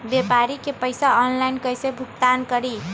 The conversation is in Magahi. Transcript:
व्यापारी के पैसा ऑनलाइन कईसे भुगतान करी?